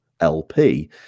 lp